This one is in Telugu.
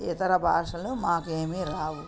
ఇతర భాషలు మాకు ఏమీ రావు